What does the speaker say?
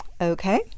Okay